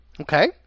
Okay